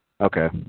Okay